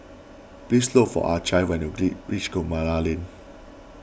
please look for Acy when you agree reach Guillemard Lane